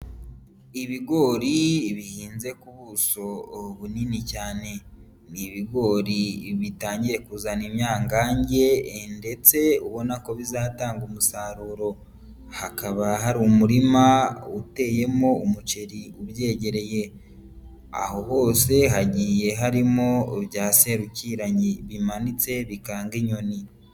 Ibigori bihinze ku buso bunini cyane. Ni ibigori bitangiye kuzana imyangange ndetse ubona ko bizatanga umusaruro. Hakaba hari umurima uteyemo umuceri ubyegereye. Aho hose hagiye harimo bya serukiranyi, bimanitse bikanga inyoni.